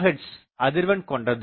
4 GHz அதிர்வெண் கொண்டது